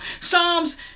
Psalms